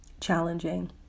challenging